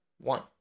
One